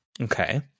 Okay